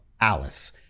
Alice